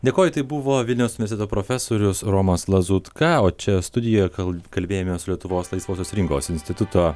dėkoju tai buvo vilniaus univesiteto profesorius romas lazutka o čia studijoje kal kalbėjomės lietuvos laisvosios rinkos instituto